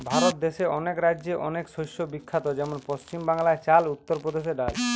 ভারত দেশে অনেক রাজ্যে অনেক শস্য বিখ্যাত যেমন পশ্চিম বাংলায় চাল, উত্তর প্রদেশে ডাল